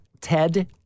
Ted